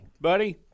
buddy